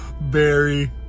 Barry